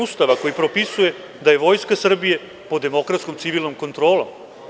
Ustava koji propisuje da je Vojska Srbije pod demokratskom civilnom kontrolu.